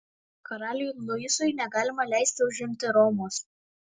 karaliui luisui negalima leisti užimti romos